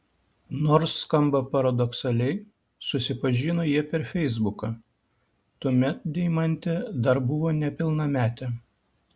nors skamba paradoksaliai susipažino jie per feisbuką tuomet deimantė dar buvo nepilnametė